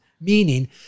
meaning